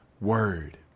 word